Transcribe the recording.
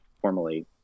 formally